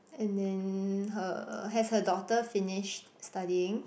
and then her has her daughter finished studying